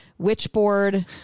Witchboard